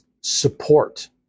support